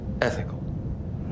Ethical